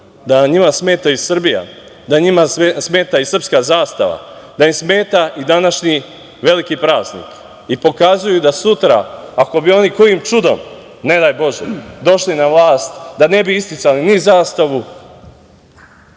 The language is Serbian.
da njima smeta i Srbija, da im smeta i srpska zastava, da im smeta i današnji veliki praznik i pokazuju da sutra, ako bi oni kojim čudom, ne daj Bože, došli na vlast, da ne bi isticali ni zastavu,